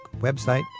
website